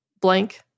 blank